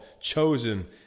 chosen